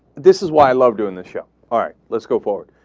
this is why i love doing the show art let's go for ah.